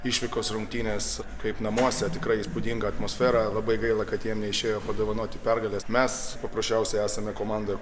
išvykos rungtynes kaip namuose tikrai įspūdinga atmosfera labai gaila kad jiem neišėjo padovanoti pergalės mes paprasčiausiai esame komanda